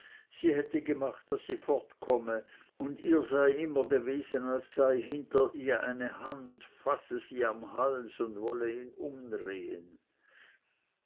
sie hätte gemacht daß sie fortkomme und ihr sei immer gewesen als sei hinter ihr eine hand fasse sie am hals und wolle ihn umdrehen